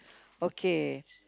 okay